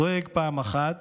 דואג, פעם אחת,